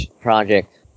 Project